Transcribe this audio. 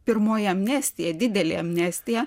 pirmoji amnestija didelė amnestija